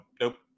Nope